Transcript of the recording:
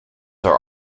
are